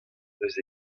eus